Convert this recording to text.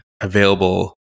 available